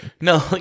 No